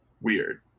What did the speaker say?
weird